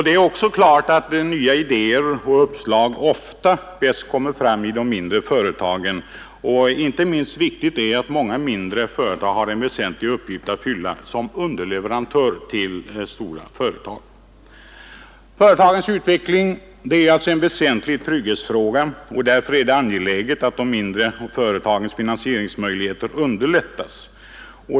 Det är också klart att nya idéer och uppslag ofta bäst kommer fram i de mindre företagen. Inte minst viktigt är att många mindre företag har en väsentlig uppgift att fylla som underleverantör till stora företag. Företagens utveckling är alltså en väsentlig trygghetsfråga, och därför är det angeläget att de mindre företagens finansieringsmöjligheter underlättas.